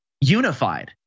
unified